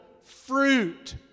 fruit